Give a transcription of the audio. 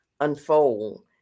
unfold